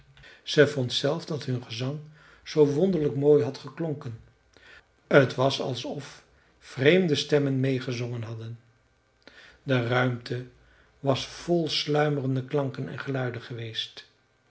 ze vond zelf dat hun gezang zoo wonderlijk mooi had geklonken t was alsof vreemde stemmen meê gezongen hadden de ruimte was vol sluimerende klanken en geluiden geweest